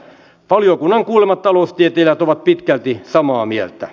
valiokunnan kuulemat taloustieteilijät ovat pitkälti samaa mieltä